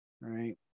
Right